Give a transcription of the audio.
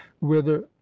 whither